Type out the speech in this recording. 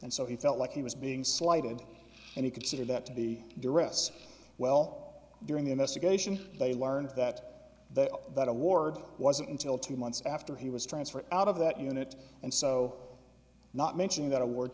and so he felt like he was being slighted and he considered that to be derisive well during the investigation they learned that that award wasn't until two months after he was transferred out of that unit and so not mentioning that a word